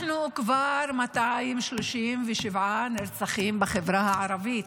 אנחנו כבר עם 237 נרצחים בחברה הערבית.